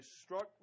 struck